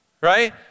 right